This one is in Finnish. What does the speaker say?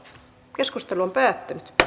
asian käsittely päättyi